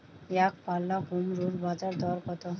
একপাল্লা কুমড়োর বাজার দর কত?